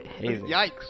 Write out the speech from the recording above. Yikes